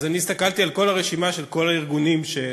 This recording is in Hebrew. אני הסתכלתי על הרשימה של כל הארגונים שנתמכים.